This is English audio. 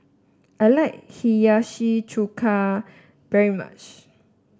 I like Hiyashi Chuka very much